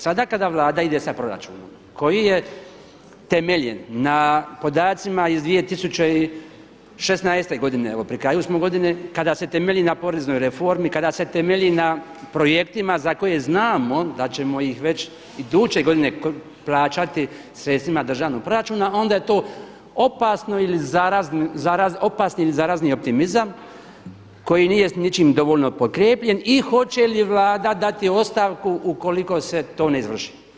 Sada kada Vlada ide sa proračunom koji je temeljen na podacima iz 2016. godine evo pri kraju smo godine, kada se temelji na poreznoj reformi, kada se temelji na projektima za koje znamo da ćemo ih već iduće godine plaća sredstvima državnog proračuna onda je to opasno ili zarazno, opasni ili zarazni optimizam koji nije s ničim dovoljno potkrijepljen i hoće li Vlada dati ostavku ukoliko se to ne izvrši.